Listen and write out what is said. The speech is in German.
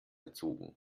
erzogen